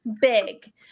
big